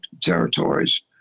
territories